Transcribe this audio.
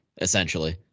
essentially